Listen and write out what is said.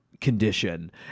condition